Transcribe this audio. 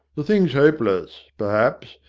the thing's hopeless, perhaps,